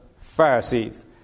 Pharisees